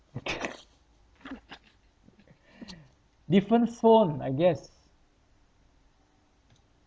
different phone I guess